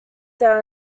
down